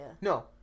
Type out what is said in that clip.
No